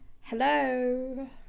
Hello